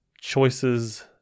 choices